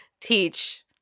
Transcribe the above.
teach